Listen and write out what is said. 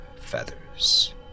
feathers